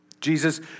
Jesus